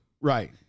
Right